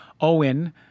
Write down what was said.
Owen